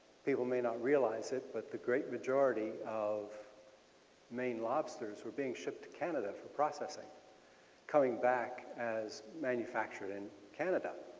people may not realize it but the great majority of maine lobsters were beak shipped to canada for processing coming back as manufactured in canada.